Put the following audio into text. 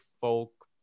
folk